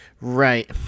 Right